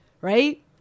right